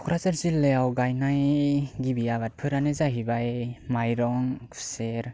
कक्राझार जिल्लायाव गायनाय गिबि आबादफोरानो जाहैबाय माइरं खुसेर